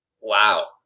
Wow